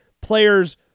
players